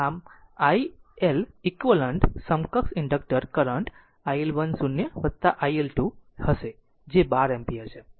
આમ i Leq સમકક્ષ inductor current iL1 0 iL2 હશે જે 12 એમ્પીયર છે